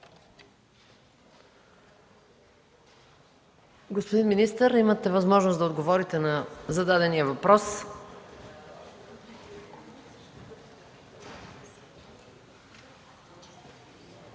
Господин министър, имате възможност да отговорите на зададените въпроси.